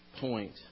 point